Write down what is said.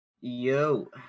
Yo